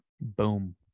Boom